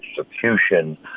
execution